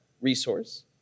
resource